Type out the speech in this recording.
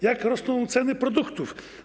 Jak rosną ceny produktów?